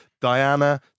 Diana